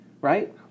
right